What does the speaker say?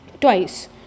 Twice